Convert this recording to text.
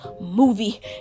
movie